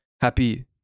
Happy